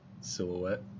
Silhouette